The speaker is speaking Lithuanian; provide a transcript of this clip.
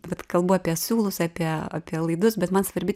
vat kalbu apie siūlus apie apie laidus bet man svarbi